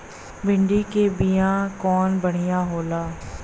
भिंडी के बिया कवन बढ़ियां होला?